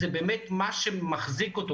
זה באמת מה שמחזיק אותו,